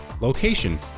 location